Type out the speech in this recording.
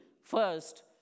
First